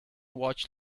watch